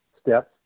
steps